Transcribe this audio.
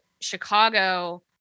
Chicago